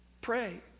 Pray